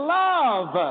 love